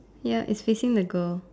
ya it's facing the girl